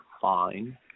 fine